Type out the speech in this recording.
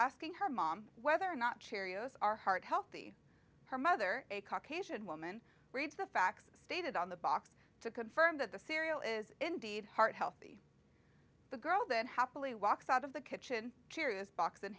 asking her mom whether or not cheerios are heart healthy her mother a caucasian woman reads the facts stated on the box to confirm that the cereal is indeed heart healthy the girl then happily walks out of the kitchen serious box in